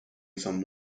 some